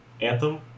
Anthem